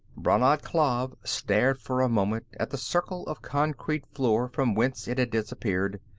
brannad klav stared for a moment at the circle of concrete floor from whence it had disappeared.